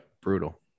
Brutal